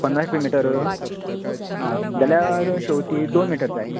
पंदराशें मिटर आ जाल्यार शेवतीं दोन मिटर जाय